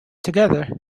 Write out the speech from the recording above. together